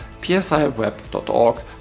psiweb.org